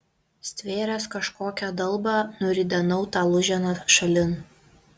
stvėręs kažkokią dalbą nuridenau tą lūženą šalin